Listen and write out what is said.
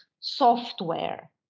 software